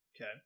okay